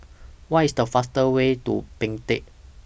What IS The faster Way to Baghdad